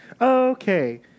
Okay